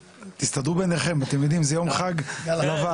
תסתדרו ביניכם אתם יודעים זה יום חג בוועדה.